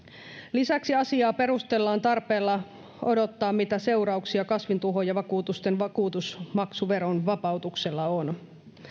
lisäksi asiaa perustellaan tarpeella odottaa mitä seurauksia kasvintuhoojavakuutusten vakuutusmaksuveron vapautuksella on